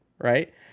right